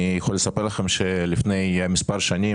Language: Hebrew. אני יכול לספר לכם שלפני מספר שנים,